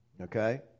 Okay